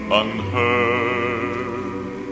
unheard